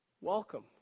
Welcome